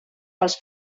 pels